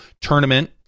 tournament